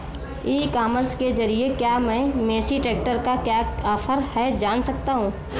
ई commerce के ज़रिए क्या मैं मेसी ट्रैक्टर का क्या ऑफर है जान सकता हूँ?